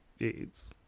aids